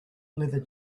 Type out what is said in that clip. leather